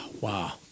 Wow